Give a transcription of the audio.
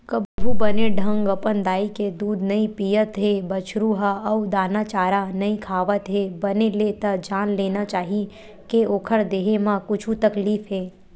कभू बने ढंग अपन दाई के दूद नइ पियत हे बछरु ह अउ दाना चारा नइ खावत हे बने ले त जान लेना चाही के ओखर देहे म कुछु तकलीफ हे